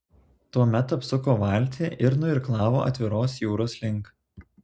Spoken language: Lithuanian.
tuomet apsuko valtį ir nuirklavo atviros jūros link